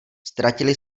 ztratili